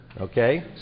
okay